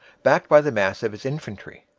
backed by the mass of his infantry.